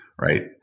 right